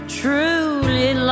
truly